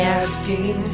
asking